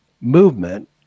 movement